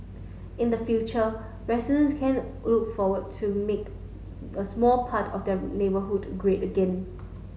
in the future residents can look forward to make the small part of their neighbourhood great again